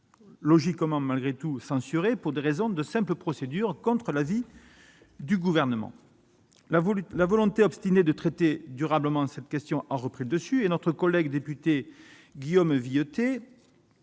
logiquement censurées, pour des raisons de simple procédure, contre l'avis du Gouvernement. Cependant, la volonté obstinée de traiter durablement cette question a repris le dessus. Notre collègue député Guillaume Vuilletet